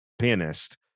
pianist